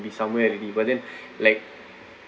be somewhere already but then like